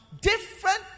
Different